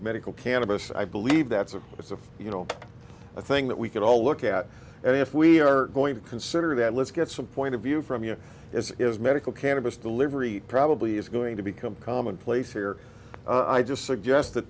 medical cannabis i believe that's of course a you know a thing that we can all look at and if we are going to consider that let's get some point of view from here is medical cannabis delivery probably is going to become commonplace here i just suggest